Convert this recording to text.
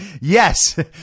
yes